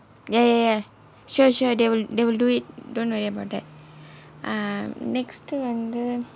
ya ya ya sure sure they will they will do it don't worry about that ah next உ வந்து:u vanthu